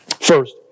First